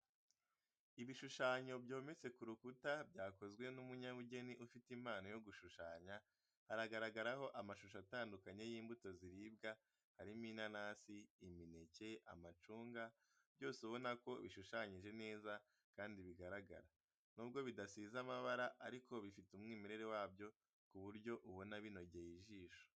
Ibisushanyo byometse ku rukuta byakozwe n'umunyabugeni ufite impano yo gushushanya, hagaragaraho amashusho atandukanye y'imbuto ziribwa, harimo inanasi, imineke, amacunga byose ubona ko bishushanyije neza kandi bigaragara. Nubwo bidasize amabara ariko bifite umwimere wabyo ku buryo ubona binogeye ijisho.